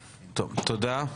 תודה.